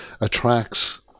attracts